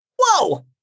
Whoa